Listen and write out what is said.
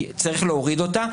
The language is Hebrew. צריך להוריד אותה.